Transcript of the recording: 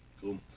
cool